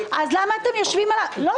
אז למה אתם יושבים --- תן לה